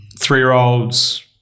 Three-year-olds –